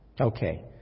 Okay